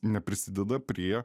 neprisideda prie